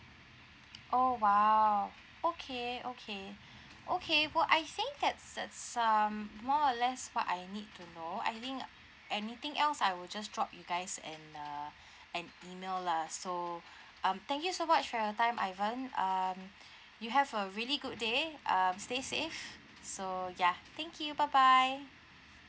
oh !wow! okay okay okay well I think that's it's um more or less what I need to know I think anything else I will just drop you guys an uh an email lah so um thank you so much for your time ivan um you have a really good day um stay safe so ya thank you bye bye